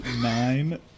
nine